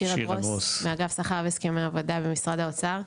שירה גרוס מאגף שכר והסכמי עבודה במשרד האוצר.